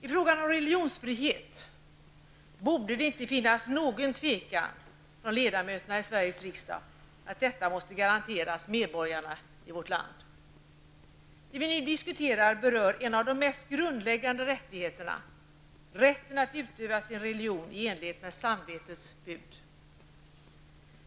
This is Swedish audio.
Sveriges riksdag inte hysa något tvivel om att religionsfrihet måste garanteras medborgarna i vårt land. Det vi nu diskuterar berör en av de mest grundläggande rättigheterna: Rätten att utöva sin religion i enlighet med samvetets bud.